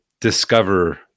discover